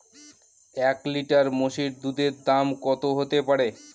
এক লিটার মোষের দুধের দাম কত হতেপারে?